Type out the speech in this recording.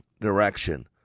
direction